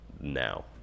now